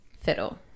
fiddle